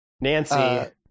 Nancy